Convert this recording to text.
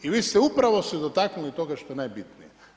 I vi ste upravo se dotaknuli toga što je najbitnije.